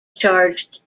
charged